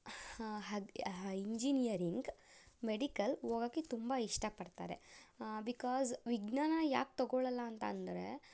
hug engineering medical ಹೋಗಕ್ಕೆ ತುಂಬ ಇಷ್ಟಪಡ್ತಾರೆ ಬಿಕಾಸ್ ವಿಜ್ಞಾನ ಯಾಕೆ ತೊಗೊಳಲ್ಲ ಅಂತ ಅಂದರೆ